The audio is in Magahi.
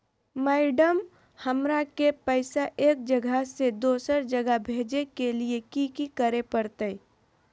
मैडम, हमरा के पैसा एक जगह से दुसर जगह भेजे के लिए की की करे परते?